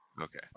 okay